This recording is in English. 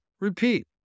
Repeat